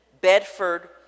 Bedford